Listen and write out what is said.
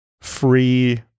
free